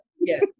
Yes